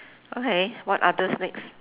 okay what others next